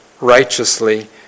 righteously